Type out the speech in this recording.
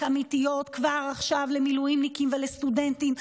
אמיתיות כבר עכשיו למילואימניקים ולסטודנטים,